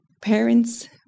parents